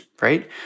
right